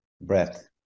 breath